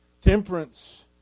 Temperance